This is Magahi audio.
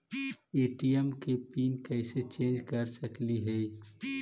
ए.टी.एम के पिन कैसे चेंज कर सकली ही?